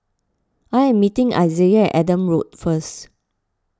I am meeting Isiah Adam Road first